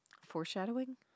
Foreshadowing